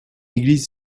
église